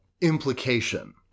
implication